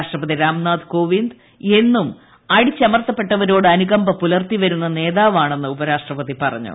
രാഷ്ട്രപതി രാംനാഥ് കോവിന്ദ് എന്നും അടിച്ചമർത്തപ്പെട്ടവരോട് അനുകമ്പ പുലർത്തി വരുന്ന നേതാവാണെന്ന് ഉപരാഷ്ട്രപതി പറഞ്ഞു